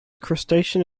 crustacean